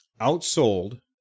outsold